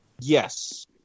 Yes